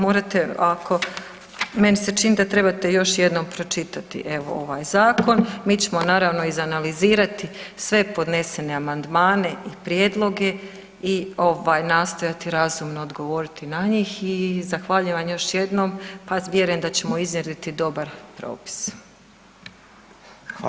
Morate ako, meni se čini da trebate još jednom pročitati evo ovaj zakon, mi ćemo naravno izanalizirati sve podnesene amandmane i prijedloge i ovaj nastojati razumno odgovoriti na njih i zahvaljivam još jednom, pa vjerujem da ćemo iznjedriti dobar propis.